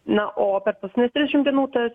na o per paskutines trisdešim dienų ta